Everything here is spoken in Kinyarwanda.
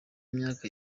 myaka